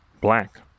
black